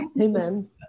amen